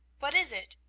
what is it?